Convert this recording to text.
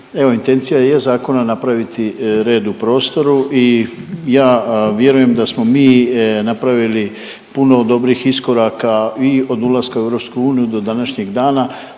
intencija jest zakona napraviti red u prostoru i ja vjerujem da smo mi napravili puno dobrih iskoraka i od ulaska u EU do današnjeg dana,